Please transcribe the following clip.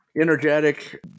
energetic